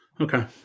Okay